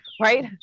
right